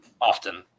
often